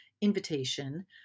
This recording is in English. invitation